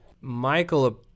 Michael